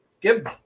give